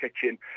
kitchen